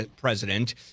president